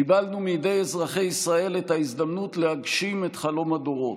קיבלנו מידי אזרחי ישראל את ההזדמנות להגשים את חלום הדורות,